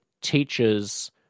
teachers